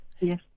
Yes